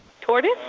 Tortoise